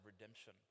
redemption